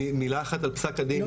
מילה אחת על פסק הדין,